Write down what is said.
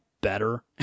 better